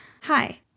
hi